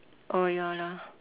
oh ya lah